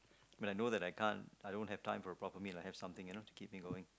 when I know that I can't I don't have time for a proper meal I have something you know to keep me going